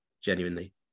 genuinely